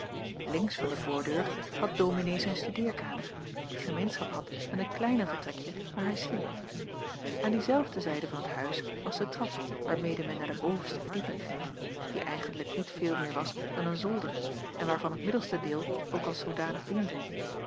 links van de voordeur had dominee zijn studeerkamer die gemeenschap had met een kleiner vertrekje waar hij sliep aan diezelfde zijde van het huis was de trap waarmede men naar de bovenste verdieping ging die eigentlijk niet veel meer was dan een zolder en waarvan het middelste deel ook als zoodanig diende